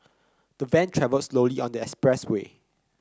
the van travel slowly on the express way